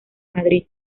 madrid